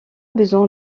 besoin